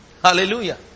Hallelujah